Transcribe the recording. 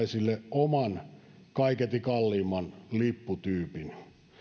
oman kaiketi kalliimman lipputyypin